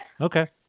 Okay